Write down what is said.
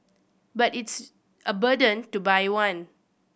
but it's a burden to buy one